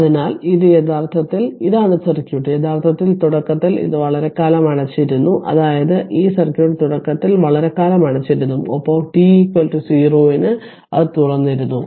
അതിനാൽ ഇത് യഥാർത്ഥത്തിൽ ഇതാണ് സർക്യൂട്ട് യഥാർത്ഥത്തിൽ തുടക്കത്തിൽ ഇത് വളരെക്കാലം അടച്ചിരുന്നു അതായത് ഈ സർക്യൂട്ട് തുടക്കത്തിൽ വളരെക്കാലം അടച്ചിരുന്നു ഒപ്പം t 0 ന് അത് തുറന്നിരുന്നു